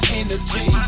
energy